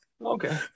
Okay